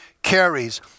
Carries